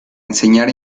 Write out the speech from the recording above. enseñar